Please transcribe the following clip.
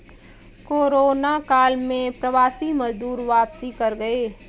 corona काल में प्रवासी मजदूर वापसी कर गए